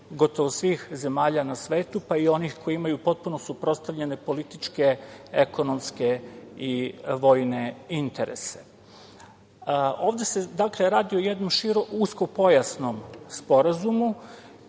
gotovo svih zemalja na svetu, pa i onih koje imaju potpuno suprotstavljene političke, ekonomske i vojne interese. Ovde se, dakle, radi o jednom uskopojasnom sporazumu